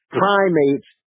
primates